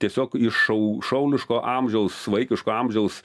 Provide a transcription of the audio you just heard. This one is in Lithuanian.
tiesiog iš šauliško amžiaus vaikiško amžiaus